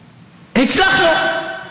הצלחנו,